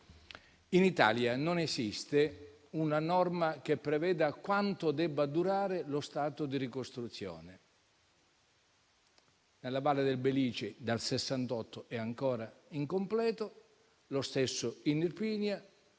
in Italia non esiste una norma che preveda quanto debba durare lo stato di ricostruzione. Nella valle del Belice dal 1968 è ancora incompleta, lo stesso in Irpinia,